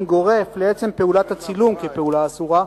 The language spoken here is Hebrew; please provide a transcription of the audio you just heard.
גורף לעצם פעולות הצילום כפעולה אסורה,